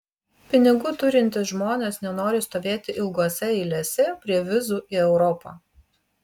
pinigų turintys žmonės nenori stovėti ilgose eilėse prie vizų į europą